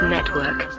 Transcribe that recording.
Network